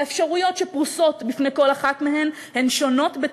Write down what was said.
האפשרויות שפרוסות בפני כל אחת מהן שונות בתכלית.